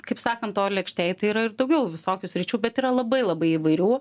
kaip sakant toj lėkštėj tai yra ir daugiau visokių sričių bet yra labai labai įvairių